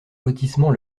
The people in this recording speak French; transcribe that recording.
lotissement